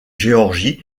géorgie